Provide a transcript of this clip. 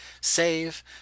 Save